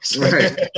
Right